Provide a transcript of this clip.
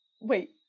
wait